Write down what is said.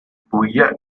puglia